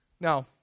Now